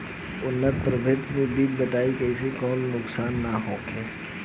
उन्नत प्रभेद के बीज बताई जेसे कौनो नुकसान न होखे?